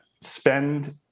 spend